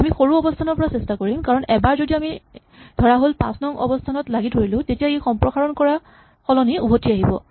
আমি সৰু অৱস্হানৰ পৰা চেষ্টা কৰিম কাৰণ এবাৰ যদি আমি ধৰাহ'ল পাঁচ নং অৱস্হানত লাগি ধৰিলো তেতিয়া ই সম্প্ৰসাৰণ কৰাৰ সলনি উভতি আহিব